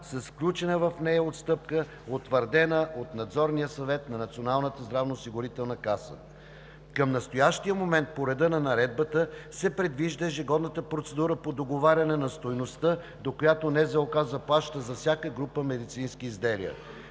с включена в нея отстъпка, утвърдена от Надзорния съвет на Националната здравноосигурителна каса. Към настоящия момент по реда на Наредбата се предвижда ежегодната процедура по договаряне на стойността, до която Националната здравноосигурителна каса заплаща за всяка група медицински изделия.